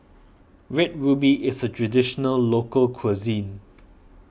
Red Ruby is a Traditional Local Cuisine